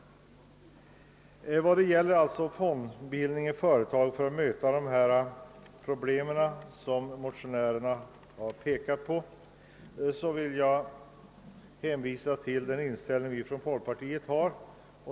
I fråga om fondbildning i företag för att möta de problem som motionärerna har pekat på vill jag hänvisa till den inställning som vi från folkpartiet har.